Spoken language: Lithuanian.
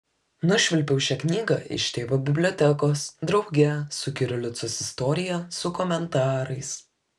nušvilpiau šią knygą iš tėvo bibliotekos drauge su kirilicos istorija su komentarais